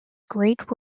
great